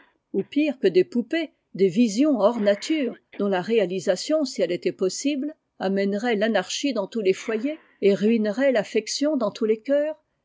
pire j que des poupées des visions hors nature dont la réalisation si elle était possible amènerait f nar k s foyers et ruinerait l'affection dans chie dans tous les foyers et ruinerait l'affection dans tous les cœurs